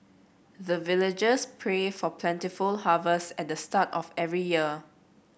the villagers pray for plentiful harvest at the start of every year